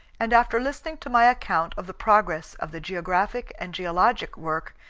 and after listening to my account of the progress of the geographic and geologic work,